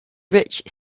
rich